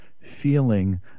feeling